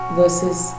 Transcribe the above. versus